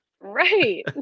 right